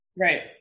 Right